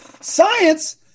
science